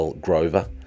grover